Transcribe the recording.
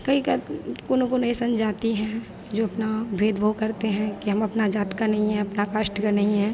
कई कोई कोई ऐसी जाति है जो अपना भेदभाव करती है कि हम अपनी जात का नहीं हैं अपने कास्ट का नहीं हैं